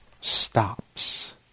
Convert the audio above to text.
stops